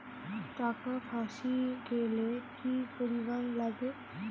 টাকা ফাঁসি গেলে কি করিবার লাগে?